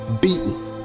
beaten